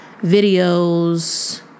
videos